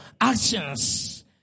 actions